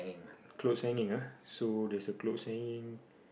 a clothes hanging ah so there's a clothes hanging